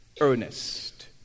earnest